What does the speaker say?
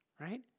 right